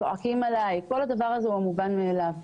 צורחים עליי כל הדבר הזה הוא מובן מאליו.